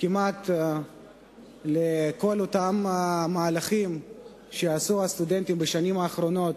כמעט לכל המהלכים שעשו הסטודנטים בשנים האחרונות